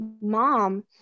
mom